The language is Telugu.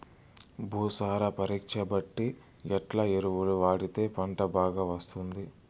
భూసార పరీక్ష బట్టి ఎట్లా ఎరువులు వాడితే పంట బాగా వస్తుంది?